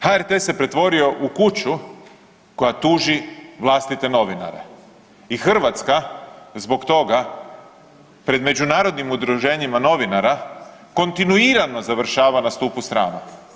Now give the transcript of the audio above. HRT se pretvorio u kuću koja tuži vlastite novinare i Hrvatska zbog toga pred međunarodnim udruženjima novinara kontinuirano završava na stupu srama.